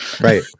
Right